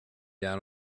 down